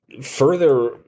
further